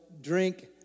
drink